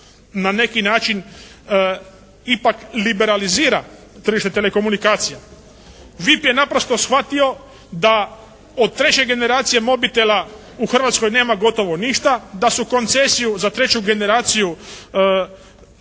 na neki način ipak liberalizira tržište telekomunikacija. VIP je naprosto shvatio da od treće generacije mobitela u Hrvatskoj nema gotovo ništa, da su koncesiju za treću generaciju mobitela